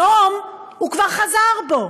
היום הוא כבר חזר בו.